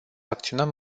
acționăm